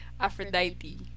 Aphrodite